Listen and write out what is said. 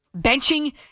Benching